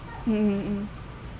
mmhmm